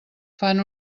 fan